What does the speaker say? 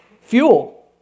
fuel